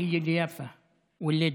(אומר בערבית: